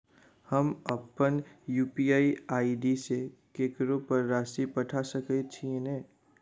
हम अप्पन UPI ID सँ ककरो पर राशि पठा सकैत छीयैन?